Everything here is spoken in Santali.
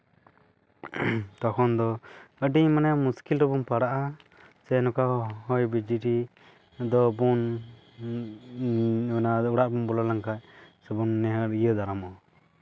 ᱛᱚᱠᱷᱚᱱ ᱫᱚ ᱟᱹᱰᱤ ᱢᱟᱱᱮ ᱢᱩᱥᱠᱤᱞ ᱨᱮᱵᱚᱱ ᱯᱟᱲᱟᱜᱼᱟ ᱥᱮ ᱱᱚᱝᱠᱟ ᱦᱚᱭ ᱵᱤᱡᱽᱞᱤ ᱫᱚ ᱵᱚᱱ ᱚᱱᱟ ᱚᱲᱟᱜ ᱵᱚᱱ ᱵᱚᱞᱚ ᱞᱮᱱᱠᱷᱟᱱ ᱥᱮᱵᱚᱱ ᱤᱭᱟᱹ ᱫᱟᱨᱟᱢᱟ